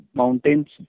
mountains